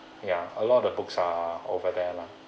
ya a lot of books are over there lah